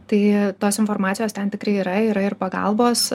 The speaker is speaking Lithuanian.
tai tos informacijos ten tikrai yra yra ir pagalbos